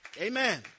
Amen